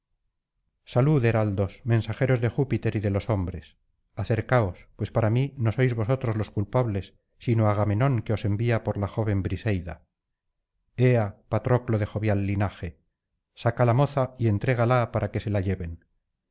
salud heraldos mensajeros de júpiter y de los hombres acercaos pues para mí no sois vosotros los culpables sino agamenón que os envía por la joven briseida ea patroclo de jovial linaje saca la moza y entrégala para que se la lleven